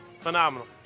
Phenomenal